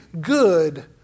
good